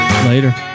Later